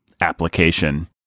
application